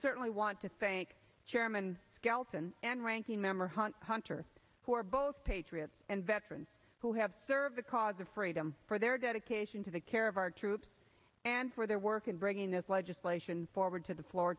certainly want to thank chairman skelton and ranking member hunt hunter who are both patriots and veterans who have served the cause of freedom for their dedication to the care of our troops and for their work in bringing this legislation forward to the floor